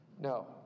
No